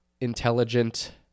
intelligent